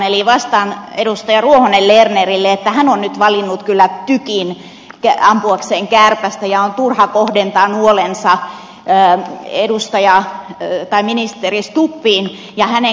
eli vastaan edustaja ruohonen lernerille että hän on nyt valinnut kyllä tykin ampuakseen kärpästä ja on turha kohdentaa nuolensa ministeri stubbiin ja hänen koulukier roksiinsa